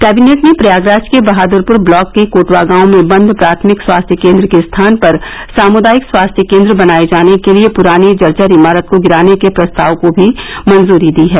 cabinet ने प्रयागराज के Bahadurpur block के कोटवा गांव में बंद प्राथमिक स्वास्थ्य केंद्र के स्थान पर सामुदायिक स्वास्थ्य केंद्र बनाए जाने के लिए पुरानी जर्जर इमारत को गिराने के प्रस्ताव को भी मंजूरी दी है